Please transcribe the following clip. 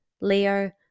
Leo